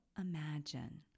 imagine